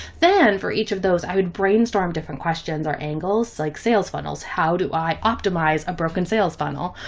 then for each of those, i would brainstorm different questions or angles like sales funnels. how do i optimize a broken sales funnel,